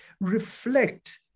reflect